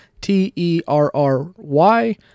T-E-R-R-Y